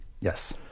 Yes